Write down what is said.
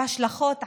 וההשלכות,